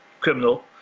criminal